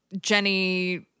Jenny